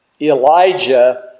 Elijah